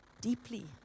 Deeply